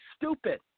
stupid